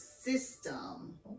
system